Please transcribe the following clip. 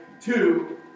Two